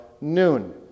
noon